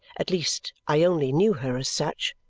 at least, i only knew her as such.